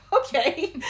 Okay